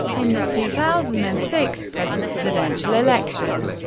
in the two thousand and six presidential election,